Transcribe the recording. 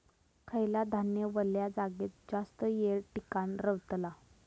खयला धान्य वल्या जागेत जास्त येळ टिकान रवतला?